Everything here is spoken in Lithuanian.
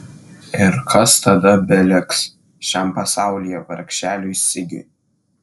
ir kas tada beliks šiam pasaulyje vargšeliui sigiui